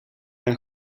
een